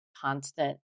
constant